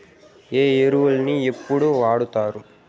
ఏ ఎరువులని ఎప్పుడు వాడుతారు?